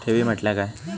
ठेवी म्हटल्या काय?